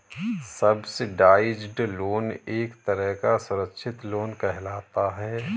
subsidised loan एक तरह का सुरक्षित लोन कहलाता है